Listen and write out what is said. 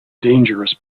dangerous